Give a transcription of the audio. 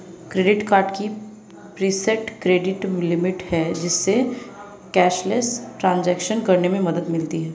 credit card की preset credit limit है, जिससे कैशलेस ट्रांज़ैक्शन करने में मदद मिलती है